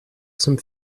zum